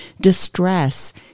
distress